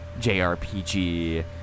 JRPG